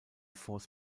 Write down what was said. force